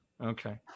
Okay